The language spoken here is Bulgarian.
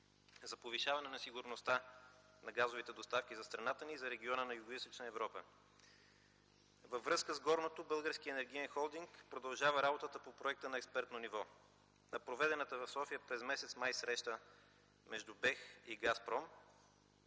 за повишаване на сигурността на газовите доставки за страната ни за региона на Югоизточна Европа. Във връзка с горното Българският енергиен холдинг продължава работата по проекта на експертно ниво. На проведената през м. май среща между Българския